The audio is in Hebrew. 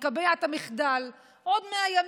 נקבֵּע את המחדל עוד 100 ימים,